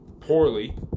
poorly